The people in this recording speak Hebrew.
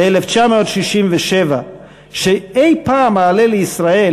"ב-1967 שאי-פעם אעלה לישראל,